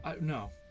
No